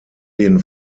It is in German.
den